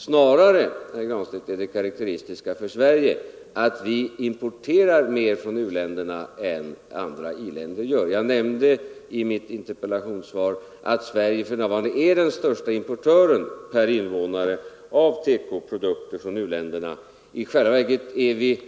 Snarare är, herr Granstedt, det karakteristiska för Sverige att vi importerar mer från u-länderna än andra i-länder gör. Jag nämnde i mitt interpellationssvar att Sverige för närvarande är den största importören per invånare av TEKO-produkter från u-länderna. I själva verket importerar vi